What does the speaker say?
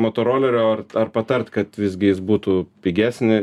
motorolerio ar ar patart kad visgi jis būtų pigesni